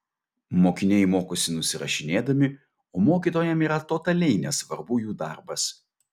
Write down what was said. mokiniai mokosi nusirašinėdami o mokytojam yra totaliai nesvarbu jų darbas